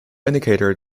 indicator